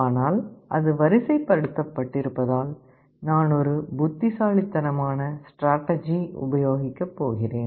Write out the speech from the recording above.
ஆனால் அது வரிசைப்படுத்தப்பட்டிருப்பதால் நான் ஒரு புத்திசாலித்தனமான ஸ்ட்ராடஜி உபயோகிக்கப் போகிறேன்